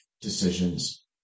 decisions